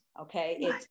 okay